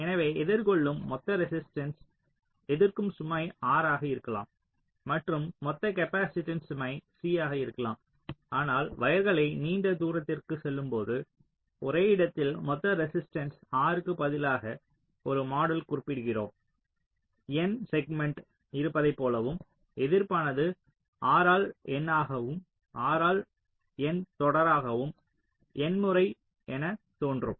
எனவே எதிர்கொள்ளும் மொத்த ரெசிஸ்ட்டன்ஸ் எதிர்க்கும் சுமை R ஆக இருக்கலாம் மற்றும் மொத்த காப்பாசிட்டன்ஸ் சுமை C ஆக இருக்கலாம் ஆனால் வயர்களை நீண்ட தூரத்திற்கு செல்லும் போது ஒரே இடத்தில் மொத்த ரெசிஸ்ட்டன்ஸ் R க்கு பதிலாக ஒரு மாடல் குறிப்பிடப்படுகிறோம் N செக்மென்ட்கள் இருப்பதைப் போலவும் எதிர்ப்பானது R ஆல் N ஆகவும் R ஆல் N தொடராகவும் N முறை என தோன்றும்